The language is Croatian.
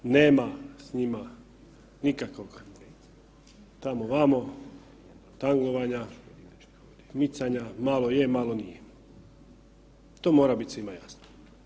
Nema s njima nikakvog tamo vamo tangovanja, micanja, malo je malo nije, to mora biti svima jasno.